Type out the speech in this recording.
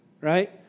right